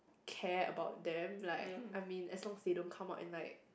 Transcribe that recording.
care about them like I mean as long they don't come out and like